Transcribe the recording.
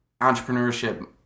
entrepreneurship